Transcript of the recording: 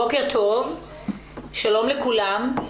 בוקר טוב, שלום לכולם,